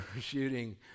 shooting